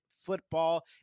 Football